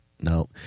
no